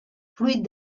fruit